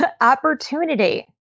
Opportunity